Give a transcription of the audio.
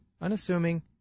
unassuming